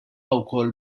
wkoll